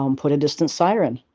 um put a distant siren.